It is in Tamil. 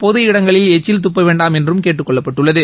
பொது இடங்களில் எச்சில் தப்ப வேண்டாம் என்றும் கேட்டுக் கொள்ளப்பட்டுள்ளது